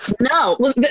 No